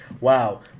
Wow